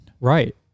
Right